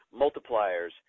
Multipliers